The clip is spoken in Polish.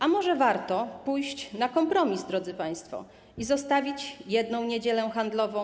A może warto pójść na kompromis, drodzy państwo, i zostawić jedną niedzielę handlową.